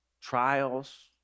trials